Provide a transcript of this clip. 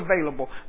available